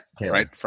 Right